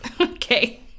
okay